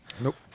Nope